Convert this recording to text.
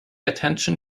attention